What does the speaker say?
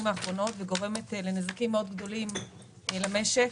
האחרונות וגורמת לנזקים מאוד גדולים למשק,